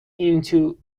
into